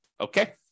Okay